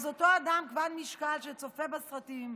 אז אותו אדם כבד משקל שצופה בסרטים,